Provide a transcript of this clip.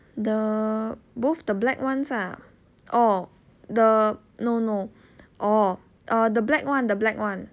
the both the black ones ah orh the no no orh uh the black one the black one